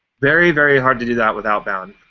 very, very hard to do that with outbound.